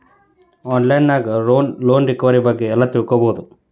on line ನ್ಯಾಗ loan recovery ಬಗ್ಗೆ ಎಲ್ಲಾ ತಿಳ್ಕೊಬೊದು